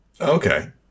Okay